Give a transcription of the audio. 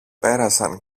πέρασαν